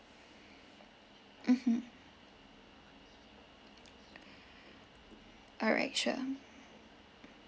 mmhmm all right sure